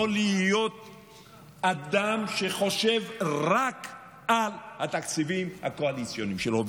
לא להיות אדם שחושב רק על התקציבים הקואליציוניים שלו.